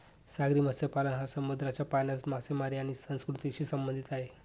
सागरी मत्स्यपालन हा समुद्राच्या पाण्यात मासेमारी आणि संस्कृतीशी संबंधित आहे